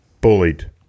bullied